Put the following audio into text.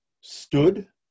stood